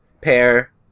pair